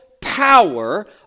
power